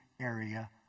area